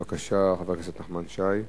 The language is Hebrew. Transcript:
בבקשה, חבר הכנסת נחמן שי.